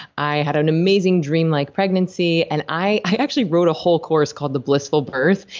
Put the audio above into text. i had an amazing dreamlike pregnancy and i i actually wrote a whole course called the blissful birth,